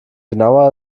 genauer